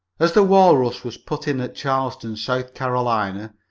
as the walrus was put in at charleston, south carolina,